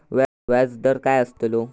व्याज दर काय आस्तलो?